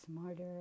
smarter